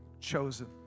chosen